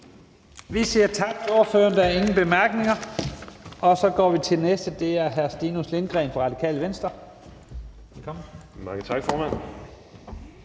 Vi siger tak til ordføreren. Der er ingen korte bemærkninger. Så går vi til næste ordfører, og det er hr. Stinus Lindgreen fra Radikale Venstre. Velkommen. Kl. 17:40 (Ordfører)